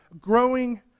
growing